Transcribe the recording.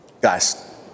Guys